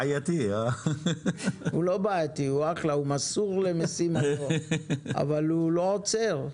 הוא מסור למשימות אבל הוא לא עוצר.